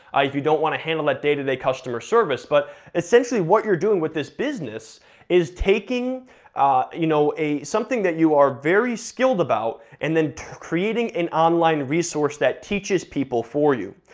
ah if you don't wanna handle that day to day customer service but essentially what you're doing with this business is taking you know a, something that you are very skilled about and then creating an online resource that teaches people for you.